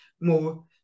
more